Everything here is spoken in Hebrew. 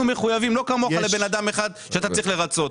אנחנו מחויבים לא כמוך לבן אדם אחד שאתה צריך לרצות.